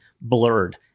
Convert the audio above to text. blurred